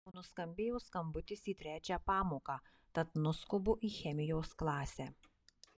jau nuskambėjo skambutis į trečią pamoką tad nuskubu į chemijos klasę